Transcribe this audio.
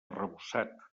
arrebossat